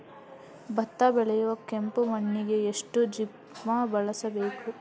ಭತ್ತ ಬೆಳೆಯುವ ಕೆಂಪು ಮಣ್ಣಿಗೆ ಎಷ್ಟು ಜಿಪ್ಸಮ್ ಬಳಸಬೇಕು?